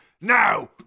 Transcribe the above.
Now